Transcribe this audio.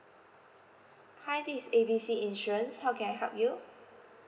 hi this is A B C insurance how can I help you